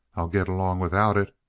i'll get along without it.